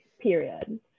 period